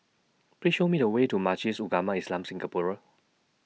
Please Show Me The Way to Majlis Ugama Islam Singapura